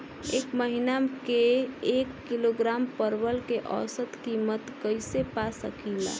एक महिना के एक किलोग्राम परवल के औसत किमत कइसे पा सकिला?